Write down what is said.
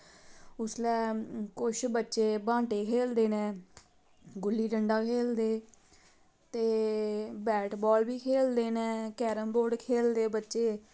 उसलै कुछ बच्चे ब्हांटे खे्लदे नै गुल्ली डंडा खेलदे ते बैट बॉल बी खेलदे नै कैंरम बोड़ खेलदे बच्चे